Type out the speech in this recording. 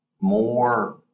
more